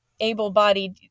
able-bodied